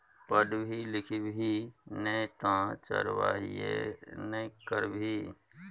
पढ़बी लिखभी नै तँ चरवाहिये ने करभी